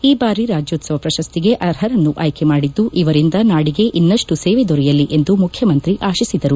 ಈ ಬಾರಿ ರಾಜ್ಯೋತ್ಸವ ಪ್ರಶಸ್ತಿಗೆ ಅರ್ಹರನ್ನು ಆಯ್ಕೆ ಮಾಡಿದ್ದು ಇವರಿಂದ ನಾಡಿಗೆ ಇನ್ನಷ್ಟು ಸೇವೆ ದೊರೆಯಲಿ ಎಂದು ಮುಖ್ಯಮಂತ್ರಿ ಆಶಿಸಿದರು